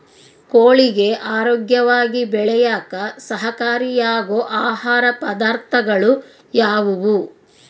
ಕೋಳಿಗೆ ಆರೋಗ್ಯವಾಗಿ ಬೆಳೆಯಾಕ ಸಹಕಾರಿಯಾಗೋ ಆಹಾರ ಪದಾರ್ಥಗಳು ಯಾವುವು?